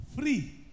free